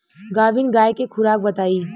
गाभिन गाय के खुराक बताई?